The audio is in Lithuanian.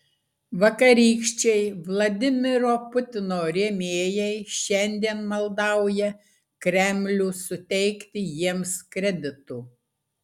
vakarykščiai vladimiro putino rėmėjai šiandien maldauja kremlių suteikti jiems kreditų